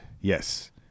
Yes